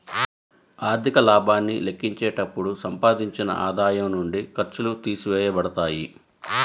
ఆర్థిక లాభాన్ని లెక్కించేటప్పుడు సంపాదించిన ఆదాయం నుండి ఖర్చులు తీసివేయబడతాయి